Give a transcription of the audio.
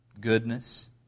goodness